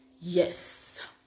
yes